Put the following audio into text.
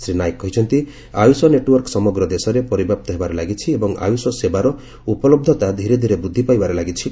ଶ୍ରୀ ନାୟକ କହିଛନ୍ତି ଆୟୁଷ ନେଟ୍ୱାର୍କ ସମଗ୍ର ଦେଶରେ ପରିବ୍ୟାପ୍ତ ହେବାରେ ଲାଗିଛି ଏବଂ ଆୟୁଷ ସେବାର ଉପଲହ୍ଧତା ଧୀରେ ଧୀରେ ବୃଦ୍ଧି ପାଇବାରେ ଲାଗିଛି